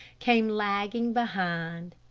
came lagging behind.